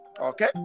Okay